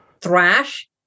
Thrash